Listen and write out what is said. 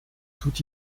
tout